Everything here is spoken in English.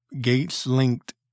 Gates-Linked